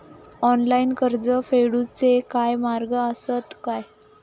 Online कर्ज फेडूचे काय मार्ग आसत काय?